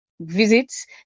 Visits